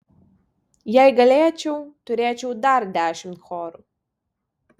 jei galėčiau turėčiau dar dešimt chorų